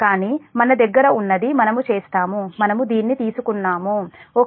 కానీ మన దగ్గర ఉన్నది మనము చేస్తాము మనము దీన్ని తీసుకున్నాము ఓ కే